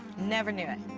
never knew it.